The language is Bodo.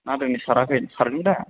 ना दिनै साराखै सारगोनदा